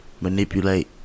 manipulate